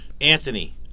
Anthony